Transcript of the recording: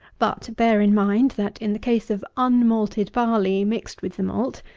but, bear in mind, that in the case of unmalted barley, mixed with the malt,